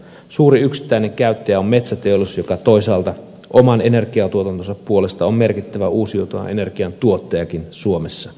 suurin yksittäinen käyttäjä on metsäteollisuus joka toisaalta oman energiatuotantonsa puolesta on merkittävä uusiutuvan energian tuottajakin suomessa